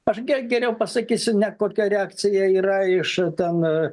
aš ge geriau pasakysiu ne kokia reakcija yra iš ten